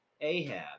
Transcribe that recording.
Ahab